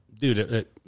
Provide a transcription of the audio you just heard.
dude